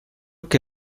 que